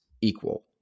equal